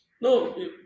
no